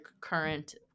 current